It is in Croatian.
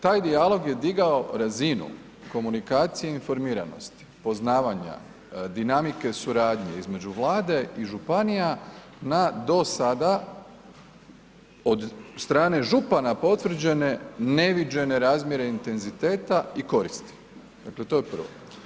Taj dijalog je digao razinu komunikacije informiranosti poznavanja dinamike suradnje između Vlade i županija na do sada od strane župana potvrđene neviđene razmjere intenziteta i koristi, dakle to je prvo.